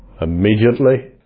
immediately